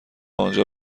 آنجا